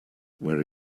where